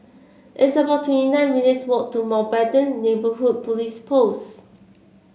it's about twenty nine minutes' walk to Mountbatten Neighbourhood Police Post